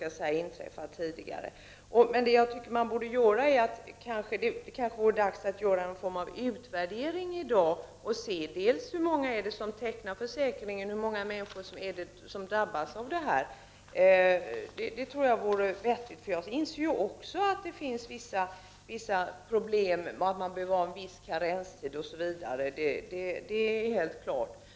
Kanske vore det nu dags för en utvärdering för att man skall kunna komma fram till dels hur många det är som tecknar en sådan här försäkring, dels hur många det är som drabbas i detta sammanhang. Det tror jag vore vettigt. Jag inser att det finns vissa problem och att det behövs en viss karenstid — det är helt klart.